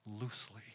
loosely